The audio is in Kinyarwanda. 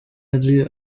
ari